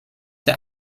der